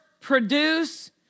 produce